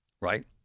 right